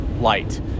light